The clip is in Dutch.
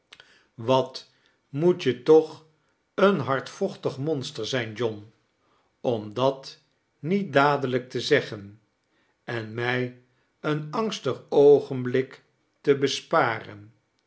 wat moet je toch een hardvochtig monster zijn john om dat niet dadelijk te zeggen en mij een angstig oogenblik te besparen